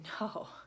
no